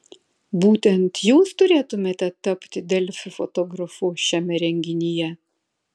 būtent jūs turėtumėte tapti delfi fotografu šiame renginyje